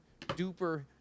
duper